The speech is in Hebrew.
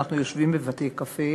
כשאנחנו יושבים בבתי-קפה,